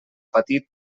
patir